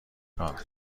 کار